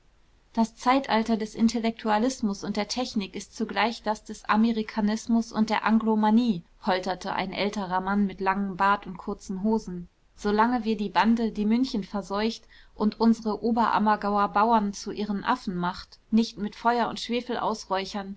das zeitalter des intellektualismus und der technik ist zugleich das des amerikanismus und der anglomanie polterte ein älterer mann mit langem bart und kurzen hosen so lange wir die bande die münchen verseucht und unsere oberammergauer bauern zu ihren affen macht nicht mit feuer und schwefel ausräuchern